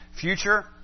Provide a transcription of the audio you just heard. future